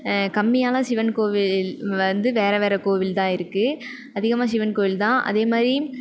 கம்மியான சிவன் கோவில் வந்து வேறு வேறு கோவில் தான் இருக்குது அதிகமாக சிவன் கோவில் தான் அதேமாதிரி